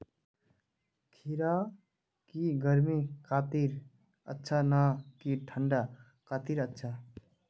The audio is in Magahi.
खीरा की गर्मी लात्तिर अच्छा ना की ठंडा लात्तिर अच्छा?